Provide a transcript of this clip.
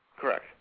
Correct